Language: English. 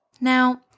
Now